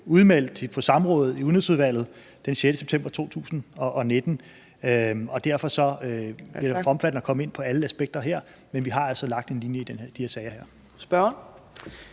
udmeldt på samrådet i Udenrigsudvalget den 6. september 2019. Derfor bliver det for omfattende at komme ind på alle aspekter her, men vi har altså lagt en linje i de her sager. Kl.